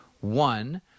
One